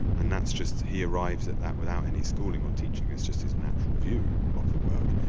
and that's just, he arrives at that without any schooling or teaching, it's just his natural view of the world,